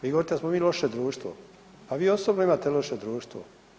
Vi govorite da smo mi loše društvo, a vi osobno imate loše društvo.